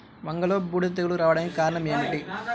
వంగలో బూడిద తెగులు రావడానికి కారణం ఏమిటి?